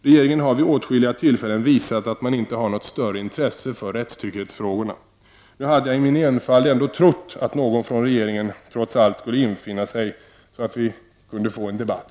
Regeringen har vid åtskilliga tillfällen visat att den inte har något större intresse för rättstrygghetsfrågorna. Jag hade dock i min enfald ändå trott att någon från regeringen trots allt skulle infinna sig så att vi kunde få en debatt.